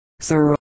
sir